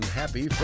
happy